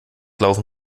laufen